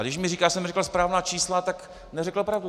Když mi říká, že jsem neřekl správná čísla, tak neřekl pravdu.